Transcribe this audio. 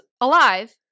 alive